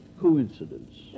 coincidence